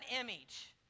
image